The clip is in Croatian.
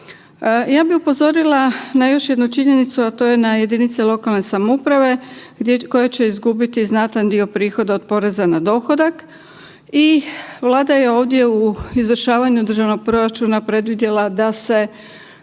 Ja bi upozorila na još jednu činjenicu, a to je na jedinice lokalne samouprave koje će izgubiti znatan dio prihoda od poreza na dohodak i Vlada je ovdje u izvršavanju državnog proračuna predvidjela da se